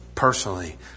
Personally